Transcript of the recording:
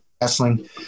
wrestling